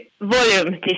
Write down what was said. volume